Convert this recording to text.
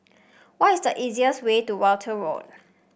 what is the easiest way to Walton Road